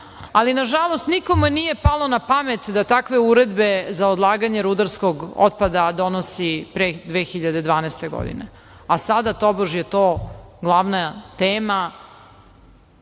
ali, nažalost, nikome nije palo napamet da takve uredbe za odlaganje rudarskog otpada donosi pre 2012. godine. Sada tobož je to glavna tema. To